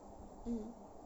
mm